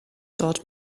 dort